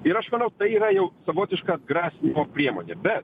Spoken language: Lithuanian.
ir aš manau tai yra jau savotiška atgrasinimo priemonė bet